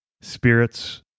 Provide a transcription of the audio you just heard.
spirits